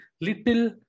little